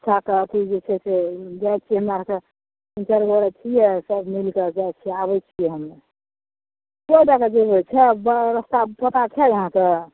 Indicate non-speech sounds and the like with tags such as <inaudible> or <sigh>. अच्छा तऽ अथी जे छै से जाए छियै हमरा आररके तीन चारि गोरे छियै सब मिलके जाइत छियै आबै छियै हमे कै दय जेबै <unintelligible> बला रास्तामे गड्ढा छै अहाँके